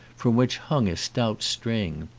from which hung a stout string.